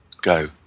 Go